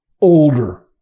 older